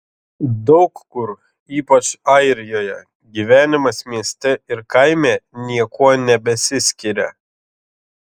daug kur ypač airijoje gyvenimas mieste ir kaime niekuo nebesiskiria